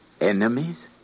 Enemies